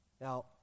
Now